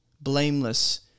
blameless